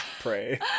pray